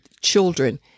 children